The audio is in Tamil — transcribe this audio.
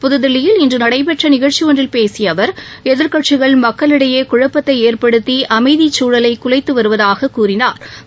புகதில்லியில் இன்றுநடைபெற்றநிகழ்ச்சிஒன்றில் பேசியஅவர் எதிர்க்கட்சிகள் மக்களிடையேகுழப்பத்தைஏற்படுத்தி அமைதிச் சூழலைகுலைத்துவருவதாகக் கூறினாா்